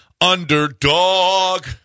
underdog